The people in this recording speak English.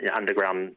underground